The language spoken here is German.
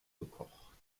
gekocht